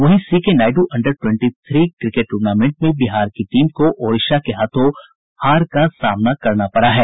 वहीं C K Naidu under twenty three cricket tournament में बिहार की टीम को ओड़िशा के हाथों हार का समाना करना पड़ा है